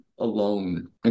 Alone